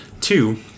Two